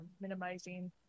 minimizing